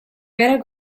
better